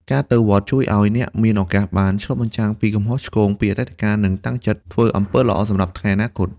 ការទៅវត្តជួយឱ្យអ្នកមានឱកាសបានឆ្លុះបញ្ចាំងពីកំហុសឆ្គងពីអតីតកាល និងតាំងចិត្តធ្វើអំពើល្អសម្រាប់ថ្ងៃអនាគត។